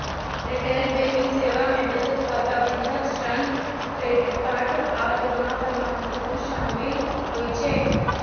retail banking सेवा मे बचत खाता, बंधक, ऋण, क्रेडिट कार्ड आ जमा प्रमाणपत्र शामिल होइ छै